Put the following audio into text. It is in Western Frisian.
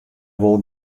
wol